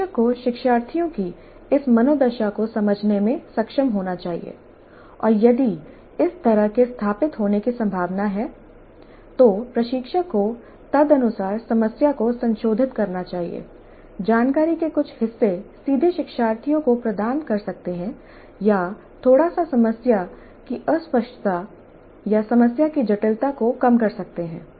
प्रशिक्षक को शिक्षार्थियों की इस मनोदशा को समझने में सक्षम होना चाहिए और यदि इस तरह से स्थापित होने की संभावना है तो प्रशिक्षक को तदनुसार समस्या को संशोधित करना चाहिए जानकारी के कुछ हिस्से सीधे शिक्षार्थियों को प्रदान कर सकते हैं या थोड़ा सा समस्या की अस्पष्टता या समस्या की जटिलता को कम कर सकते हैं